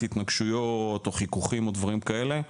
התנגשויות או חיכוכים או דברים כאלה.